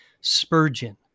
Spurgeon